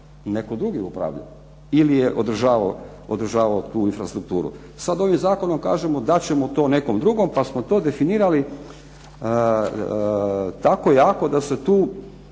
netko drugi je upravljao ili je održavao tu infrastrukturu. Sada ovim zakonom kažemo dat ćemo to nekom drugom pa smo to definirali tako jako da se tu